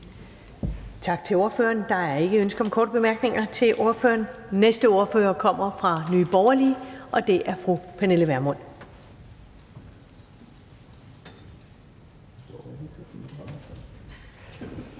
Tak til ordføreren. Der er ikke ønske om korte bemærkninger til ordføreren. Den næste ordfører kommer fra Nye Borgerlige, og det er fru Pernille Vermund.